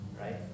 right